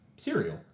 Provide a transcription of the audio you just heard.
cereal